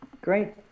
Great